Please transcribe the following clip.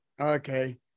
okay